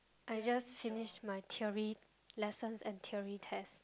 I just finish my theory lessons and theory test